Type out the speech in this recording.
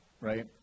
right